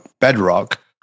bedrock